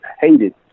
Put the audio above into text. hated